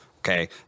Okay